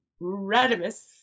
Radimus